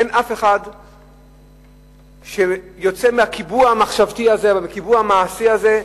אין אף אחד שיוצא מהקיבוע המחשבתי הזה ומהקיבוע המעשי הזה.